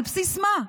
על בסיס מה?